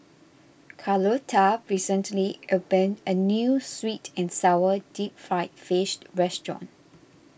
Carlotta recently opened a New Sweet and Sour Deep Fried Fish restaurant